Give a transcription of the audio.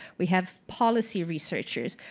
we have policy researchers.